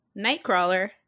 Nightcrawler